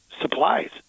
supplies